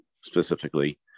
specifically